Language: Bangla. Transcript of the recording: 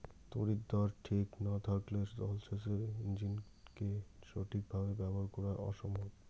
তড়িৎদ্বার ঠিক না থাকলে জল সেচের ইণ্জিনকে সঠিক ভাবে ব্যবহার করা অসম্ভব